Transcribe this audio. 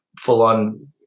full-on